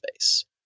space